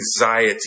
anxiety